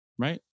Right